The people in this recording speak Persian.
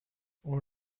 اون